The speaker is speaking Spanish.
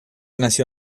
nació